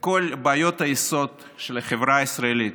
כל בעיות היסוד של החברה הישראלית,